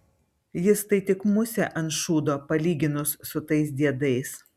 jis tai tik musė ant šūdo palyginus su tais diedais